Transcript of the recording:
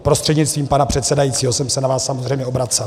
Prostřednictvím pana předsedajícího jsem se na vás samozřejmě obracel.